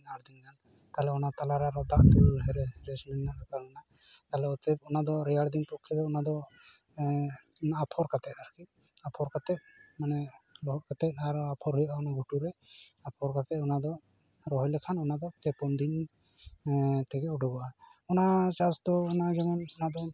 ᱛᱟᱦᱞᱮ ᱚᱱᱟ ᱛᱟᱞᱟ ᱨᱮ ᱟᱨᱦᱚᱸ ᱫᱟᱜ ᱫᱩᱞ ᱠᱟᱛᱮ ᱨᱮᱥᱴ ᱦᱩᱭ ᱮᱱᱟ ᱛᱟᱦᱞᱮ ᱚᱛᱚᱭᱮᱵ ᱚᱱᱟ ᱫᱚ ᱨᱮᱭᱟᱲ ᱫᱤᱱ ᱯᱚᱠᱠᱷᱮ ᱫᱚ ᱚᱱᱟ ᱫᱚ ᱟᱯᱷᱚᱨ ᱠᱟᱛᱮ ᱟᱨᱠᱤ ᱟᱯᱷᱚᱨ ᱠᱟᱛᱮ ᱢᱟᱱᱮ ᱞᱚᱦᱚᱫ ᱠᱟᱛᱮ ᱟᱨ ᱟᱯᱷᱚᱨ ᱦᱩᱭᱩᱜᱼᱟ ᱚᱱᱟ ᱜᱷᱩᱴᱩ ᱨᱮ ᱟᱯᱷᱚᱨ ᱠᱟᱛᱮ ᱚᱱᱟ ᱫᱚ ᱨᱚᱦᱚᱭ ᱞᱮᱠᱷᱟᱱ ᱚᱱᱟ ᱫᱚ ᱯᱮ ᱯᱩᱱ ᱫᱤᱱ ᱛᱮᱜᱮ ᱩᱰᱩᱠᱚᱜᱼᱟ ᱚᱱᱟ ᱪᱟᱥ ᱫᱚ ᱚᱱᱟ ᱡᱮᱢᱚᱱ ᱚᱱᱟ ᱫᱚ